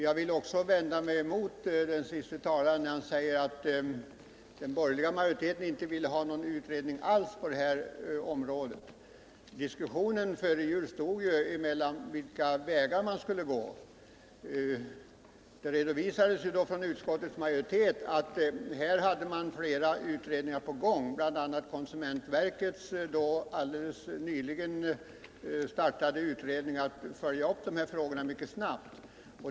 Jag vill också vända mig emot Hans Petersson i Hallstahammar när han säger att den borgerliga majoriteten inte ville ha någon utredning alls på det här området. Diskussionen före jul gällde ju vilka vägar man skulle gå. Utskottets majoritet redovisade att flera utredningar var på gång, bl.a. konsumentverkets då alldeles nyligen startade utredning, som skulle följa upp de här frågorna mycket snabbt.